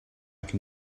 can